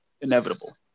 inevitable